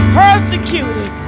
persecuted